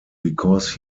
because